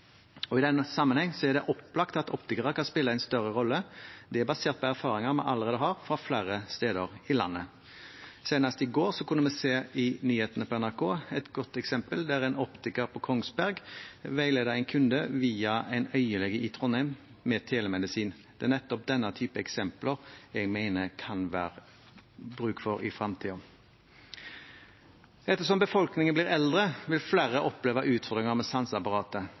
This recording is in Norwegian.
I den sammenheng er det opplagt at optikere kan spille en større rolle. Det er basert på erfaringer vi allerede har fra flere steder i landet. Senest i går kunne vi i nyhetene på NRK se et godt eksempel der en optiker på Kongsberg veiledet en kunde via en øyelege i Trondheim, med telemedisin. Det er nettopp denne typen eksempler jeg mener det kan være bruk for i fremtiden. Etter som befolkningen blir eldre, vil flere oppleve utfordringer med